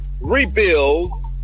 rebuild